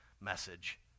message